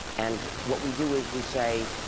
and what we do is, we say,